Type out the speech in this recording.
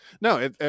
no